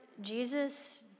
Jesus